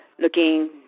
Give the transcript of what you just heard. looking